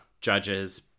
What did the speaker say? judges